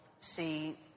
see